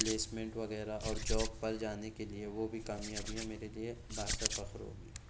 placement وغیرہ اور job پر جانے کے لیے وہ بھی کامیاں میرے لیے باعثِ فخر ہوگی